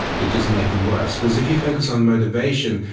you just make them worse, whereas if you focus on motivation,